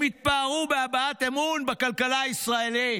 הם התפארו בהבעת אמון בכלכלה הישראלית.